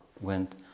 went